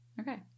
Okay